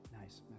Nice